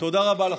תודה רבה לכם.